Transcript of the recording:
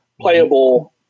playable